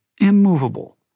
immovable